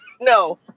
No